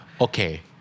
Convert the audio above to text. Okay